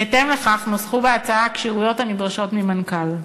בהתאם לכך נוסחו בהצעה הכשירויות הנדרשת מהמנכ"ל.